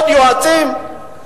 עוד יועצים?